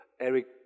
Eric